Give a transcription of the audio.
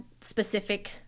specific